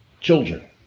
children